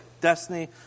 Destiny